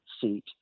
seat